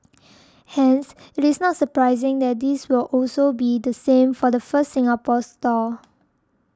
hence it is not surprising that this will also be the same for the first Singapore store